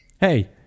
Hey